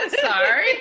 Sorry